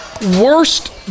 worst